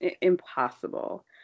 impossible